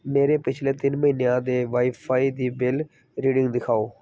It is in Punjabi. ਮੇਰੇ ਪਿਛਲੇ ਤਿੰਨ ਮਹੀਨਿਆਂ ਦੇ ਵਾਈਫ਼ਾਈ ਦੀ ਬਿੱਲ ਰੀਡਿੰਗ ਦਿਖਾਓ